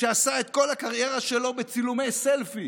שעשה את כל הקריירה שלו בצילומי סלפי,